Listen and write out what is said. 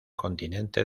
continente